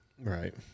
Right